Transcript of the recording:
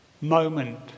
moment